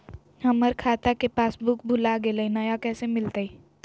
हमर खाता के पासबुक भुला गेलई, नया कैसे मिलतई?